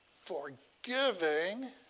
forgiving